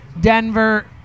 Denver